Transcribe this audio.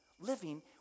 living